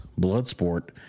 Bloodsport